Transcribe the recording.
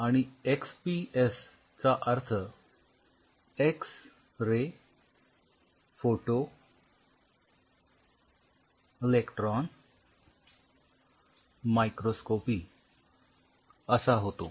आणि X P S चा अर्थ X ray photoelectron microscopy असा होतो